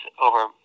over